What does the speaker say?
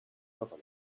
koffer